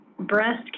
breast